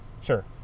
sure